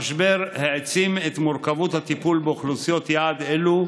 המשבר העצים את מורכבות הטיפול באוכלוסיות יעד אלו,